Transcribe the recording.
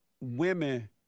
women